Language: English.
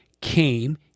came